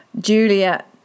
Juliet